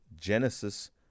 genesis